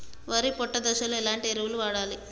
వరి పొట్ట దశలో ఎలాంటి ఎరువును వాడాలి?